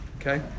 okay